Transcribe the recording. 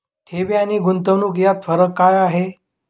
ठेवी आणि गुंतवणूक यात फरक काय आहे?